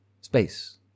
Space